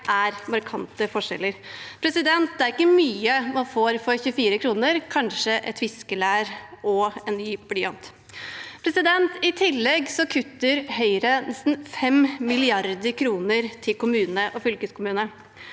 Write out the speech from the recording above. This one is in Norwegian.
Det er markante forskjeller. Det er ikke mye man får for 24 kr, kanskje et viskelær og en ny blyant. I tillegg kutter Høyre nesten 5 mrd. kr til kommune og fylkeskommune.